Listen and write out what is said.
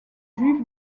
juif